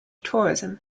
tourism